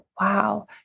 wow